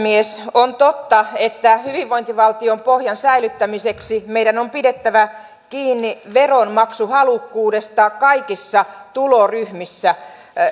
on totta että hyvinvointivaltion pohjan säilyttämiseksi meidän on pidettävä kiinni veronmaksuhalukkuudesta kaikissa tuloryhmissä